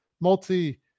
multi